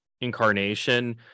incarnation